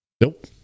Nope